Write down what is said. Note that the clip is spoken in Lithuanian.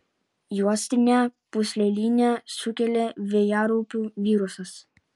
juostinę pūslelinę sukelia vėjaraupių virusas